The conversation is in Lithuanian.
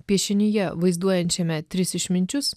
piešinyje vaizduojančiame tris išminčius